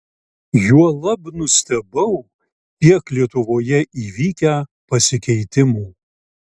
juolab nustebau kiek lietuvoje įvykę pasikeitimų